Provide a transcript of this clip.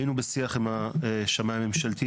היינו בשיח עם השמאי הממשלתי,